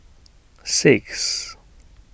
six